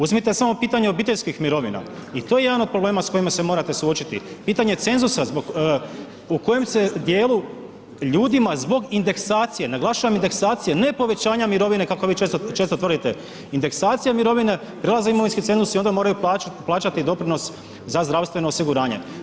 Uzmite samo pitanje obiteljskih mirovina, i to je jedan od problema s kojima se morate suočiti, pitanje cenzusa u kojem se djelu ljudima zbog indeksacije, naglašavam indeksacije, ne povećanja mirovine kako vi često tvrdite, indeksacije mirovine, prelazi u imovinski cenzus i onda moraju plaćati doprinos za zdravstveno osiguranje.